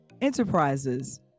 enterprises